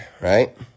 right